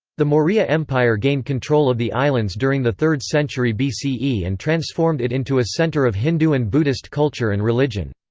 the maurya empire gained control of the islands during the third century bce and transformed it into a centre of hindu and buddhist culture and religion.